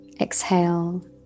exhale